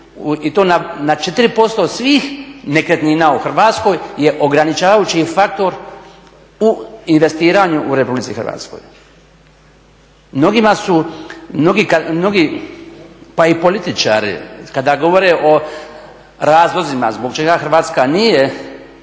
i to na 4% svih nekretnina u Hrvatskoj je ograničavajući faktor u investiranju u RH. Mnogi pa i političari kada govore o razlozima zbog čega Hrvatska nije